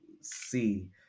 see